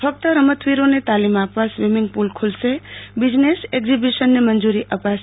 ફક્ત રમતવીરોને તાલીમ આપવા સ્વીમિંગ પુલ ખુલશે બીજનેઝ એકઝીબીશન ને મંજુરી અપાશે